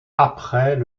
après